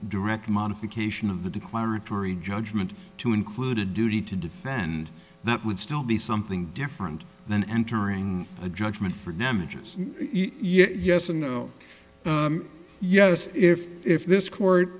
direct modification of the declaratory judgment to include a duty to defend that would still be something different than entering a judgment for damages yes and yes if if this court